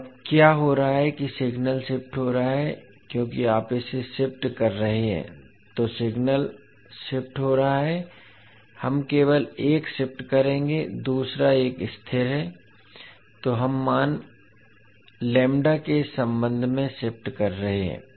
अब क्या हो रहा है कि सिग्नल शिफ्ट हो रहा है क्योंकि आप इसे शिफ्ट कर रहे हैं तो सिग्नल शिफ्ट हो रहा है हम केवल एक शिफ्ट करेंगे दूसरा एक स्थिर है तो हम मान लैम्ब्डा के संबंध में शिफ्ट कर रहे हैं